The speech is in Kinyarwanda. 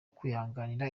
kwihanganira